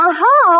Aha